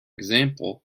example